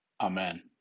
Amen